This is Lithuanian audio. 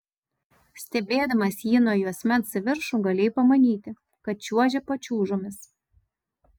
stebėdamas jį nuo juosmens į viršų galėjai pamanyti kad čiuožia pačiūžomis